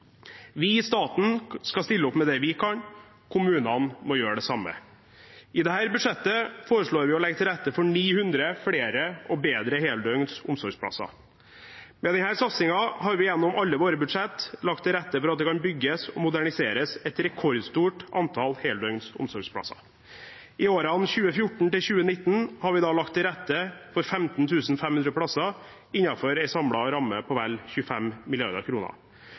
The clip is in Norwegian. Vi i staten skal stille opp med det vi kan, kommunene må gjøre det samme. I dette budsjettet foreslår vi å legge til rette for 900 flere og bedre heldøgns omsorgsplasser. Med denne satsingen har vi gjennom alle våre budsjett lagt til rette for at det kan bygges og moderniseres et rekordstort antall heldøgns omsorgsplasser. I årene 2014–2019 har vi lagt til rette for 15 500 plasser innenfor en samlet ramme på vel 25